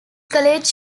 college